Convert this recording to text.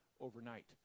overnight